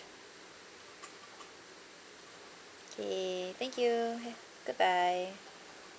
K thank you have goodbye